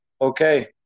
Okay